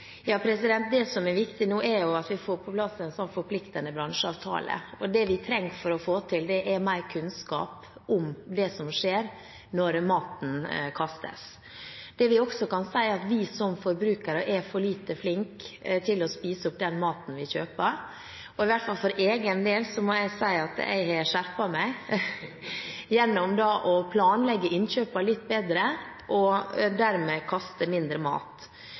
Det som er viktig nå, er at vi får på plass en slik forpliktende bransjeavtale, og det vi trenger for å få til det, er mer kunnskap om det som skjer når maten kastes. Det vi også kan si, er at vi som forbrukere er for lite flinke til å spise opp den maten vi kjøper. Jeg må si, i hvert fall for egen del, at jeg har skjerpet meg gjennom å planlegge innkjøpene litt bedre og dermed kaste mindre mat.